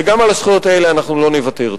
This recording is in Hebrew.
וגם על הזכויות האלה אנחנו לא נוותר.